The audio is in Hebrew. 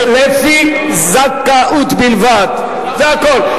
לפי זכאות בלבד, זה הכול.